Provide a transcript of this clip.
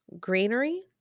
greenery